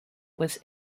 was